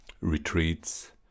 retreats